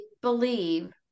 believe